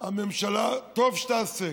טוב תעשה